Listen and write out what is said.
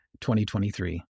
2023